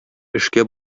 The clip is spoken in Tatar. эшкә